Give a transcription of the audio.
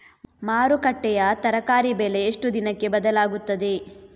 ಮಾರುಕಟ್ಟೆಯ ತರಕಾರಿ ಬೆಲೆ ಎಷ್ಟು ದಿನಕ್ಕೆ ಬದಲಾಗುತ್ತದೆ?